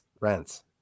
rents